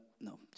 no